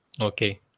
okay